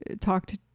talked